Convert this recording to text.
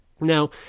Now